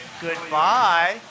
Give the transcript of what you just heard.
Goodbye